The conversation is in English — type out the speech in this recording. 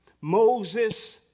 Moses